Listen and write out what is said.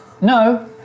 No